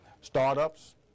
startups